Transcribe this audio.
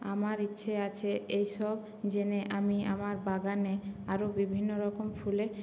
আমার ইচ্ছে আছে এইসব জেনে আমি আমার বাগানে আরও বিভন্ন রকম ফুলে